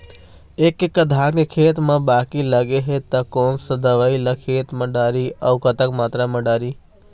एक एकड़ धान के खेत मा बाकी लगे हे ता कोन सा दवई ला खेत मा डारी अऊ कतक मात्रा मा दारी?